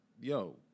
yo